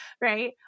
right